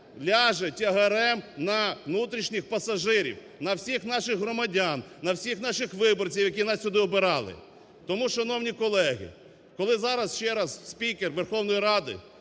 ляже тягарем на внутрішніх пасажирів, на всіх наших громадян, на всіх наших виборців, які нас сюди обирали. Тому, шановні колеги, коли зараз ще раз спікер Верховної Ради